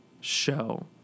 show